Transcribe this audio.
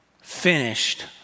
finished